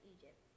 Egypt